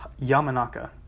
Yamanaka